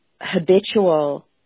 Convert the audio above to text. Habitual